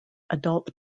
adult